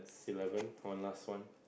eleven one last one